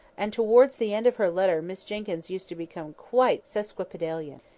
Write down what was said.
and towards the end of her letter miss jenkyns used to become quite sesquipedalian.